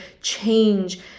change